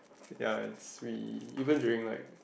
ya we even during like